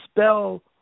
spell